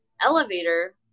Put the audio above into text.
elevator